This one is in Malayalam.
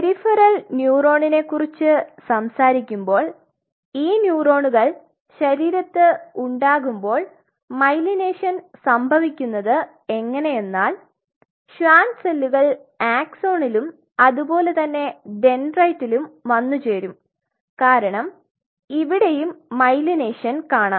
പെരിഫെറൽ ന്യൂറോണിനെ കുറിച് സംസാരിക്കുമ്പോൾ ഈ ന്യൂറോണുകൾ ശരീരത്ത് ഉണ്ടാകുമ്പോൾ മൈലിനഷൻ സംഭവിക്കുന്നത് എങ്ങനെയെന്നാൽ ഷ്വാൻ സെല്ലുകൾ ആക്സോണിലും അതുപോലെ തന്നെ ഡെൻഡ്രൈറ്റിലും വന്നുചേരും കാരണം ഇവിടെയും മൈലിനഷൻ കാണാം